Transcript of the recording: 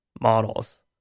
models